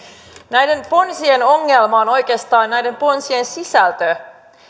näiden ponsien ongelma on oikeastaan näiden ponsien sisältö